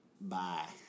Bye